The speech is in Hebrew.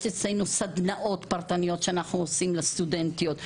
יש אצלנו סדנאות פרטניות שאנחנו עושים לסטודנטיות,